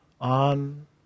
on